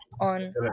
on